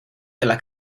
della